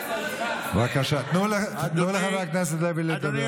בבקשה, תנו לחבר הכנסת לוי לדבר.